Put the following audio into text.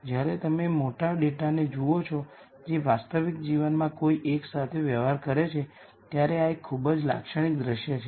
જ્યારે તમે મોટા ડેટાને જુઓ છો જે વાસ્તવિક જીવનમાં કોઈ એક સાથે વહેવાર કરે છે ત્યારે આ એક ખૂબ જ લાક્ષણિક દૃશ્ય છે